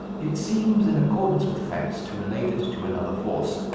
it seems in accordance with facts to relate it to another force,